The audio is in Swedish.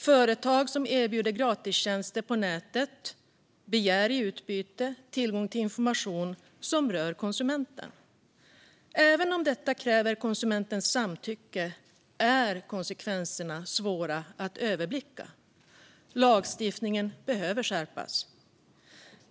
Företag som erbjuder gratistjänster på nätet begär i utbyte tillgång till information som rör konsumenten. Även om detta kräver konsumentens samtycke är konsekvenserna svåra att överblicka. Lagstiftningen behöver skärpas.